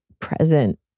present